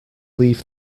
leave